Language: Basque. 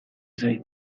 zait